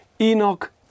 Enoch